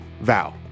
vow